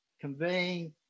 conveying